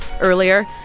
earlier